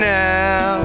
now